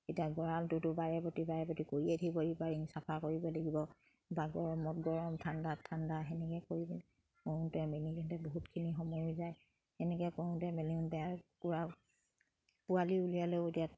এতিয়া গঁৰালটোতো বাৰে পাতি বাৰে পাতি কৰি লাগিব বা গৰমত গৰম ঠাণ্ডাত ঠাণ্ডা সেনেকে কৰি কৰ কৰোঁতে মেলোঁতে তেনেকে বহুতখিনি সময়ো যায় সেনেকে কৰোঁতে মেলোঁতে পোৱালি উলিয়ালেও এতিয়া